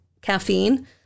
caffeine